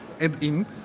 add-in